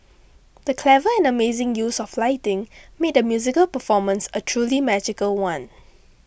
the clever and amazing use of lighting made the musical performance a truly magical one